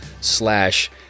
slash